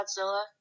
Godzilla